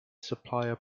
supplier